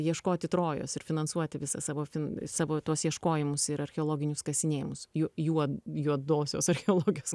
ieškoti trojos ir finansuoti visą savo fin savo tuos ieškojimus ir archeologinius kasinėjimus jų juo juodosios archeologijos